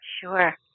Sure